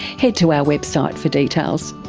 head to our website for details.